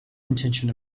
intention